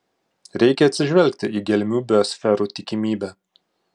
reikia atsižvelgti į gelmių biosferų tikimybę